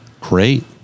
Great